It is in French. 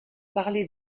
parler